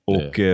Och